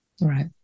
Right